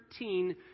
13